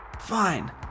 Fine